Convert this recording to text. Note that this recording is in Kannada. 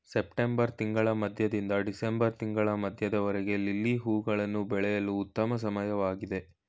ಸೆಪ್ಟೆಂಬರ್ ತಿಂಗಳ ಮಧ್ಯದಿಂದ ಡಿಸೆಂಬರ್ ತಿಂಗಳ ಮಧ್ಯದವರೆಗೆ ಲಿಲ್ಲಿ ಹೂವುಗಳನ್ನು ಬೆಳೆಯಲು ಉತ್ತಮ ಸಮಯವಾಗಿದೆ